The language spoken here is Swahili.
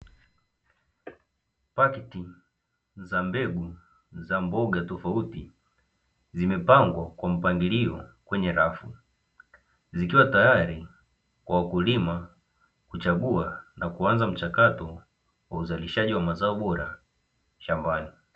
Pakiti za mbegu za mboga tofauti zimepangwa kwa mpangilio kwenye rafu ikiwa tayari kwa wakulima kuchagua na kuanza mchakato wa uzalishaji wa mazao bora shambani.